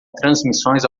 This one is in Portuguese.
transmissões